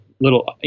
little